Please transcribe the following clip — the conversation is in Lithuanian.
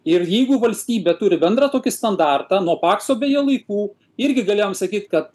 ir jeigu valstybė turi bendrą tokį standartą nuo pakso beje laikų irgi galėjom sakyt kad